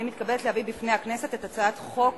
אני מתכבדת להביא לפני הכנסת את הצעת החוק